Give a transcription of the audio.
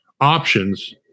options